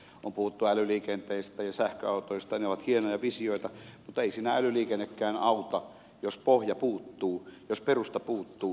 on puhuttu älyliikenteestä ja sähköautoista ja ne ovat hienoja visioita mutta ei siinä älyliikennekään auta jos pohja puuttuu jos perusta puuttuu